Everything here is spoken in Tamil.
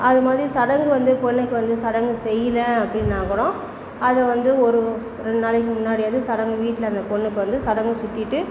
அதுமாதிரி சடங்கு வந்து பொண்ணுக்கு வந்து சடங்கு செய்யல அப்படின்னா கூடும் அதை வந்து ஒரு ரெண்டு நாளைக்கு முன்னாடியாவது சடங்கு வீட்டில அந்த பொண்ணுக்கு வந்து சடங்கு சுத்திகிட்டு